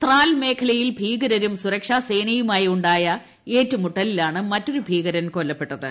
ത്രാൽ മേഖലയിൽ ഭീകരരും സുരക്ഷാസേനയുമായി ഏറ്റുമുട്ടലിലാണ് മറ്റൊരു ഭീകരൻ കൊല്ലപ്പെട്ടത്